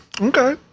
Okay